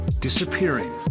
disappearing